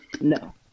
No